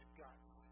guts